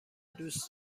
دوست